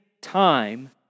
time